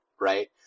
right